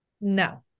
No